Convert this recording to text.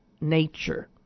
nature